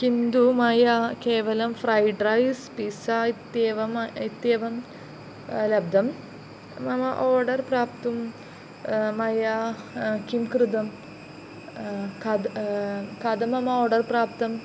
किन्तु मया केवलं फ्रैड् रैस् पिज़्ज़ा इत्येवम् इत्येवं लब्धं मम आर्डर् प्राप्तुं मया किं कृतं खादतु खादितम् आर्डर् प्राप्तम्